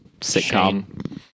sitcom